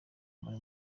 muri